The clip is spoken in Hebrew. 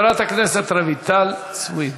חברת הכנסת רויטל סויד,